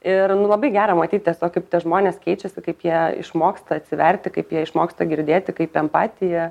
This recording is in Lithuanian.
ir nu labai gera matyt tiesiog kaip tie žmonės keičiasi kaip jie išmoksta atsiverti kaip jie išmoksta girdėti kaip empatija